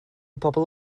pobl